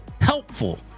HELPFUL